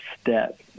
step